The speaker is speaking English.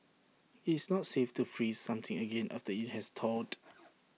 it's not safe to freeze something again after IT has thawed